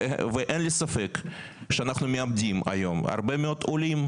ואין לי ספק שאנחנו מאבדים היום הרבה מאוד עולים,